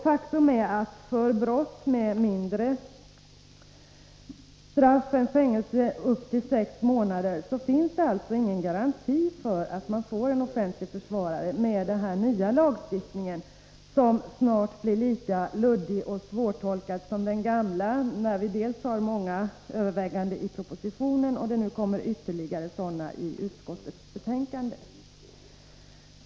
Faktum är att för brott med lägre straff än fängelse upp till sex månader finns ingen garanti för att man med den nya lagstiftningen får en offentlig försvarare. Denna lagstiftning blir snart lika luddig och svårtolkad som den gamla. Det rör sig ju om många överväganden dels i propositionen, dels ytterligare i utskottets betänkande.